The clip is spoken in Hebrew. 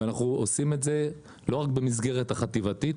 ואנחנו עושים את זה לא רק במסגרת החטיבתית,